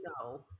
no